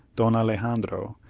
don alexandro,